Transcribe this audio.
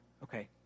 Okay